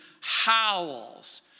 howls